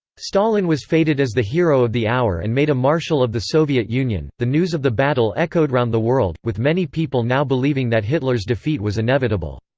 stalin was feted as the hero of the hour and made a marshal of the soviet union the news of the battle echoed round the world, with many people now believing that hitler's defeat was inevitable.